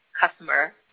customer